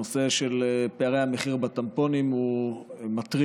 הנושא של פערי המחיר בטמפונים הוא מטריד,